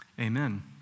amen